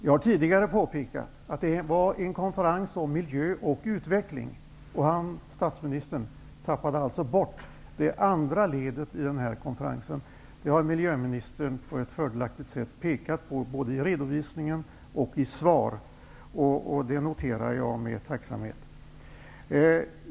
Jag har tidigare påpekat att det var en konferens om miljö och utveckling. Statsministern tappade alltså bort det andra ledet i konferensen. Det har miljöministern på ett fördelaktigt sätt pekat på både i sin redovisning i dag och i svar på frågor. Detta noterar jag med tacksamhet.